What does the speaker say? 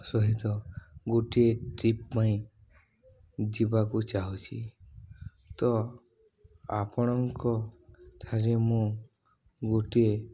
ସହିତ ଗୋଟିଏ ଟ୍ରିପ ପାଇଁ ଯିବାକୁ ଚାହୁଁଛି ତ ଆପଣଙ୍କ ଠାରେ ମୁଁ ଗୋଟିଏ